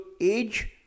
age